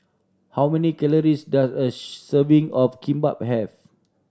how many calories does a serving of Kimbap have